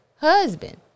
husband